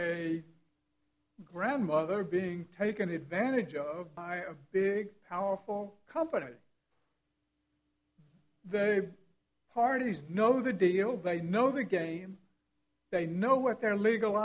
a grandmother being taken advantage of by a big powerful company they parties know the deal they know the game they know what their legal